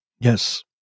Yes